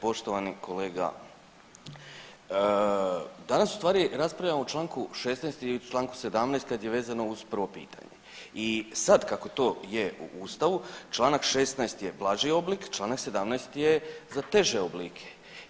Poštovani kolega, danas u stvari raspravljamo o Članku 16. i o Članku 17. kad je vezano uz prvo pitanje i sad kako je u Ustavu Članak 16. je blaži oblik, Članak 17. je za teže oblike.